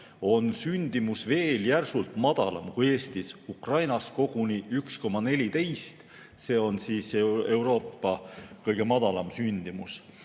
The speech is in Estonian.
on sündimus veel järsult madalam kui Eestis, Ukrainas koguni 1,14. See on Euroopa kõige madalam sündimus.